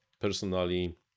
Personally